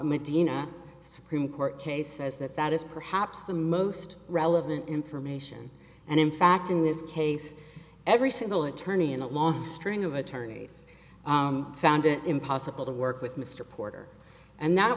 medina supreme court case says that that is perhaps the most relevant information and in fact in this case every single attorney in a long string of attorneys found it impossible to work with mr porter and that